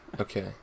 Okay